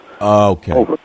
Okay